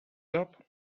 job